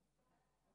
בהצלחה.